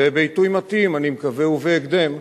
ובעיתוי מתאים, אני מקווה, ובהקדם,